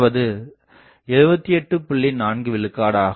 4 விழுக்காடு ஆகும்